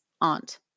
aunt